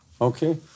Okay